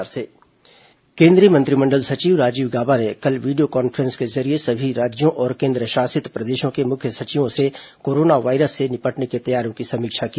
corona virus समीक्षा केन्द्रीय मंत्रिमण्डल सचिव राजीव गॉबा ने कल वीडियो कॉन्फ्रेंस के जरिए सभी राज्यों और केन्द्रशासित प्रदेशों के मुख्य सचिवों से कोरोना वायरस से निपटने की तैयारियों की समीक्षा की